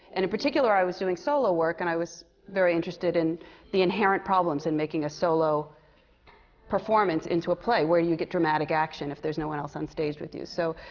and in particular, i was doing solo work. and i was very interested in the inherent problems in making a solo performance into a play. where do you get dramatic action, if there's no one else on stage with you? so,